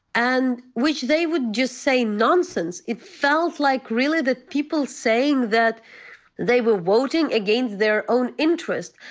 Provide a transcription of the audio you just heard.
and which they would just say nonsense. it felt like really that people saying that they were voting against their own interests,